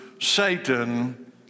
Satan